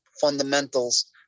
fundamentals